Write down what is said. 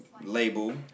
label